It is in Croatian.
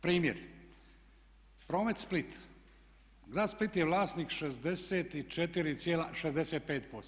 Primjer: Promet Split, grad Split je vlasnik 65%